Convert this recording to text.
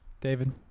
David